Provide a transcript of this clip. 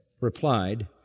replied